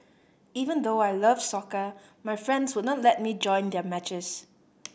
even though I love soccer my friends would not let me join their matches